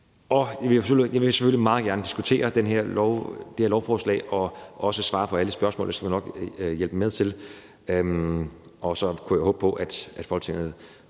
Jeg vil selvfølgelig meget gerne diskutere det her lovforslag og også svare på alle spørgsmål – det skal vi nok hjælpe med til. Og så kunne jeg håbe på, at vi alle